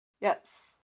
Yes